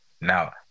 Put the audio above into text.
now